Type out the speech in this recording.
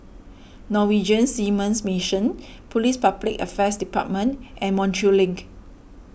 Norwegian Seamen's Mission Police Public Affairs Department and Montreal Link